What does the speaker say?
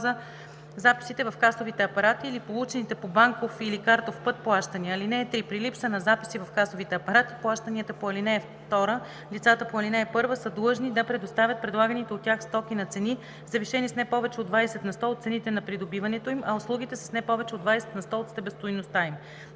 база записите в касовите апарати или получените по банков или картов път плащания. (3) При липса на записи в касовите апарати плащания по ал. 2 лицата по ал. 1 са длъжни да предоставят предлаганите от тях стоки на цени, завишени с не повече от 20 на сто от цените на придобиването им, а услугите – с не повече от 20 на сто от себестойността им.“